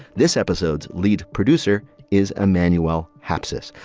this episode's lead producer is emmanuel hapsis.